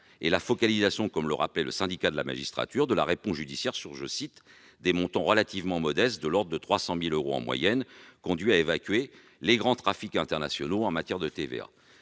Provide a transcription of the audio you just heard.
et la focalisation, rappelée par le Syndicat de la magistrature, de la réponse judiciaire sur des montants relativement modestes, de l'ordre de 300 000 euros en moyenne, qui conduit à évacuer les grands trafics internationaux en matière de TVA.